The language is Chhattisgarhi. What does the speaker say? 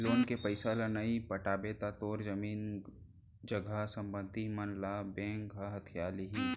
लोन के पइसा ल नइ पटाबे त तोर जमीन जघा संपत्ति मन ल बेंक ह हथिया लिही